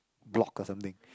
block or something